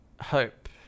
hope